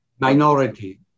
minority